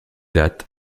date